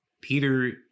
Peter